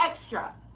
extra